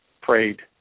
prayed